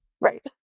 Right